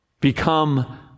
Become